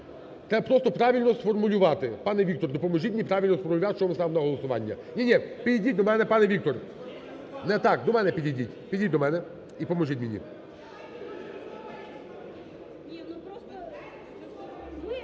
Треба просто правильно сформулювати. Пане Віктор, допоможіть мені правильно сформулювати, що ми ставимо на голосування. Ні-ні, підійдіть до мене, пане Віктор. Не так, до мене підійдіть, підійдіть до мене і поможіть мені.